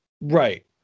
Right